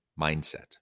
Mindset